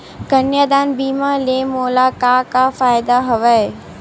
कन्यादान बीमा ले मोला का का फ़ायदा हवय?